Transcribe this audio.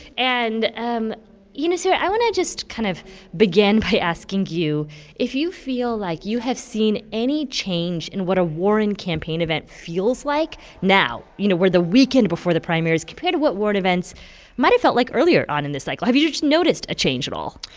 and, um you know, sarah, i want to just kind of begin by asking you if you feel like you have seen any change in what a warren campaign event feels like now. you know, we're the weekend before the primaries. compared to what warren events might've felt like earlier on in this cycle, have you you noticed a change at all?